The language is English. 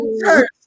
Church